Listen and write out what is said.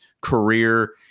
career